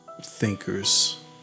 thinkers